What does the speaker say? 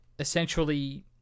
essentially